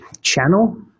channel